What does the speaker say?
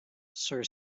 sir